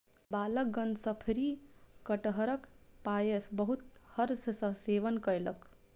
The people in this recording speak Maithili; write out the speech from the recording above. बालकगण शफरी कटहरक पायस बहुत हर्ष सॅ सेवन कयलक